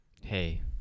Hey